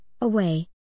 away